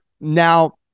Now